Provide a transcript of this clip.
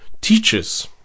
teaches